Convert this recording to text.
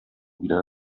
wieder